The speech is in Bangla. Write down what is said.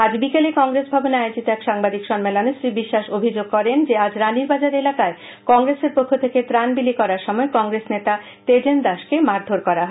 আজ বিকেলে কংগ্রেস ভবনে আয়োজিত এক সাংবাদিক সম্মেলনে শ্রী বিশ্বাস অভিযোগ করেন যে আজ রানিরবাজার এলাকায় কংগ্রেসের পক্ষ থেকে ত্রাণ বিলি করার সময় কংগ্রেস নেতা তেজেন দাসকে মারধর করা হয়